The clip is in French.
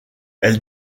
elle